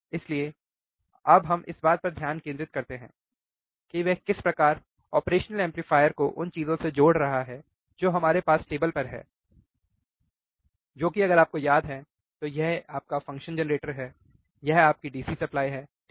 इसलिए अब हम इस बात पर ध्यान केंद्रित करते हैं कि वह किस प्रकार ऑपरेशनल एम्पलीफायर को उन चीजों से जोड़ रहा है जो हमारे पास टेबल पर हैं जो कि अगर आपको याद है तो यह आपका फ़ंक्शन जेनरेटर है यह आपकी DC सप्लाई है ठीक